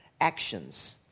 actions